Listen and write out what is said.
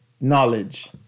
knowledge